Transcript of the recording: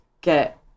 get